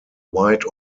white